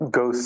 go